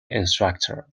instructor